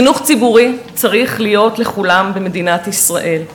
חינוך ציבורי צריך להיות לכולם במדינת ישראל.